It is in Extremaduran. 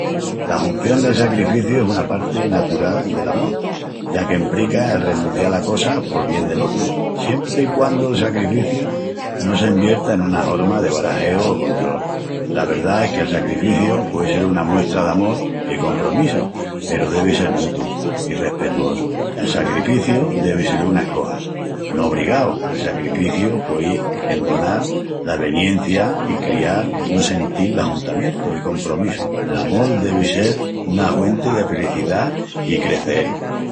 La hunción del sacrificiu es una parti natural del amol, ya qu'emprica el renuncial a cosas pol bien del otru, siempri i quandu'l sacrificiu no s'envierta en una horma de barajeu o control. La verdá es que'l sacrifíciu puei sel una muestra d'amol i compromissu, peru devi sel mutu i respetuosu. El sacrifíciu devi sel una escoja, no obrigau. El sacrifíciu puei endonal l'aveniencia i crial un sentil d'ajuntamientu i compromissu. L'amol devi sel una huenti de felicidá i creceeru.